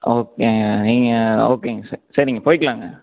ஓகேங்க நீங்கள் ஓகேங்க சரி சரிங்க போயிக்கலாங்க